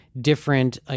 different